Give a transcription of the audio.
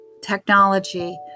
technology